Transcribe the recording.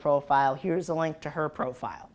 profile here's a link to her profile